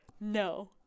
No